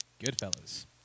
Goodfellas